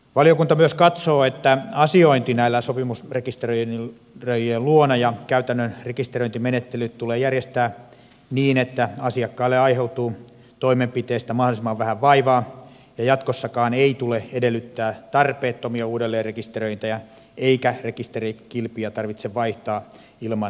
valiokunta myös katsoo että asiointi sopimusrekisteröijien luona ja käytännön rekisteröintimenettelyt tulee järjestää niin että asiakkaalle aiheutuu toimenpiteestä mahdollisimman vähän vaivaa ja jatkossakaan ei tule edellyttää tarpeettomia uudelleenrekisteröintejä eikä rekisterikilpiä tarvitse vaihtaa ilman erityistä syytä